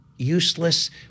useless